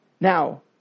Now